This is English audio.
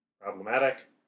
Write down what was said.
problematic